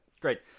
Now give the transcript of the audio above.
Great